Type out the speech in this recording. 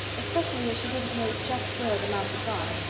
especially as she didn't know just where the mouse had gone.